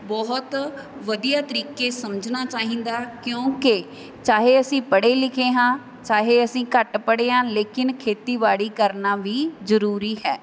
ਬਹੁਤ ਵਧੀਆ ਤਰੀਕੇ ਸਮਝਣਾ ਚਾਹੀਦਾ ਕਿਉਂਕਿ ਚਾਹੇ ਅਸੀਂ ਪੜ੍ਹੇ ਲਿਖੇ ਹਾਂ ਚਾਹੇ ਅਸੀਂ ਘੱਟ ਪੜ੍ਹੇ ਹਾਂ ਲੇਕਿਨ ਖੇਤੀਬਾੜੀ ਕਰਨਾ ਵੀ ਜ਼ਰੂਰੀ ਹੈ